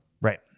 Right